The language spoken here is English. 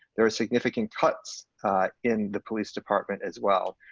there are significant cuts in the police department as well,